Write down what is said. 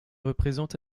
représente